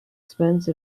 expense